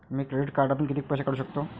मी credit कार्डातून किती पैसे काढू शकतो?